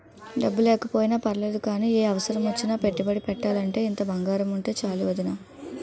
డబ్బు లేకపోయినా పర్లేదు గానీ, ఏ అవసరమొచ్చినా పెట్టుబడి పెట్టాలంటే ఇంత బంగారముంటే చాలు వొదినా